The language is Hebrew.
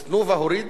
אז "תנובה" הורידה,